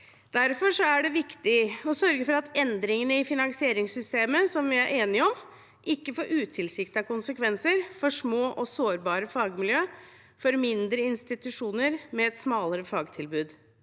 Derfor er det viktig å sørge for at endringene i finansieringssystemet – som vi er enige om – ikke får utilsiktede konsekvenser for små og sårbare fagmiljø, for mindre institusjoner med et smalere fagtilbud.